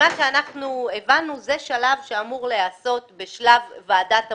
ממה שאנחנו הבנו זה שלב שאמור להיעשות בשלב ועדת הבוחנים.